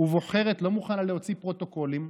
לא מוכנה להוציא פרוטוקולים,